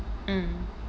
mm